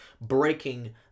breaking